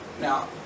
Now